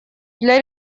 для